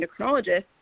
endocrinologist